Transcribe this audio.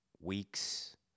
weeks